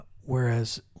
whereas